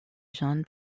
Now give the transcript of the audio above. jean